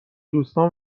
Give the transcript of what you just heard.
دوستام